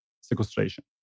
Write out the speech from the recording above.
sequestration